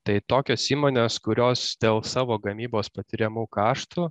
tai tokios įmonės kurios dėl savo gamybos patiriamų kaštų